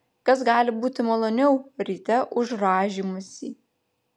kas gali būti maloniau ryte už rąžymąsi